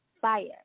fire